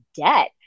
debt